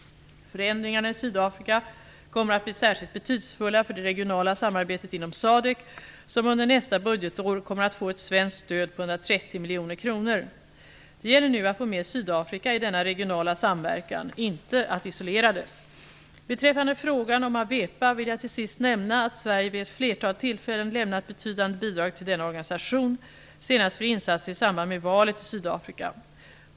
Förändringarna i Sydafrika kommer att bli särskilt betydelsefulla för det regionala samarbetet inom SADC, som under nästa budgetår kommer att få ett svenskt stöd på 130 miljoner kronor. Det gäller nu att få med Sydafrika i denna regionala samverkan, inte att isolera det. Beträffande frågan om AWEPA vill jag till sist nämna att Sverige vid ett flertal tillfällen lämnat betydande bidrag till denna organisation, senast för insatser i samband med valet i Sydafrika.